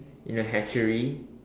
in a hatchery